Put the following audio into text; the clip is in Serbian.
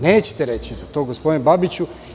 Nećete reći za to, gospodine Babiću.